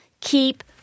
keep